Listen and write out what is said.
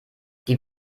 die